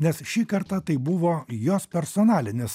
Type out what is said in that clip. nes šį kartą tai buvo jos personalinis